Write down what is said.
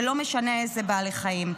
ולא משנה איזה בעלי חיים.